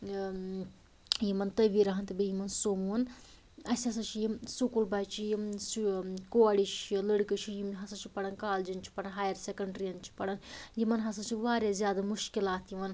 یہِ یِمن تویراہن تہٕ بیٚیہِ یِمن سومووَن اسہِ ہَسا چھِ یِم سُکوٗل بچہٕ یِم یہِ کۄڑِ چھِ لٔڑکہٕ چھِ یِم ہسا چھِ پَران کالِجیٚن یِم چھِ پَران ہایر سیٚکنڈرٛیٖیَن یِم چھِ پران یِمن ہَسا چھِ وارِیاہ زیادٕ مشکلات یِوان